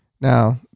Now